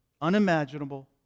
unimaginable